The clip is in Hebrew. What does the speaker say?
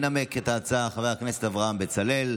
ינמק את ההצעה חבר הכנסת אברהם בצלאל.